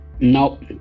Nope